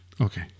Okay